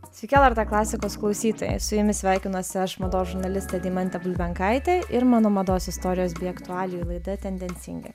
sveiki lrt klasikos klausytojai su jumis sveikinuosi aš mados žurnalistė deimantė bulbenkaitė ir mano mados istorijos bei aktualijų laida tendencingai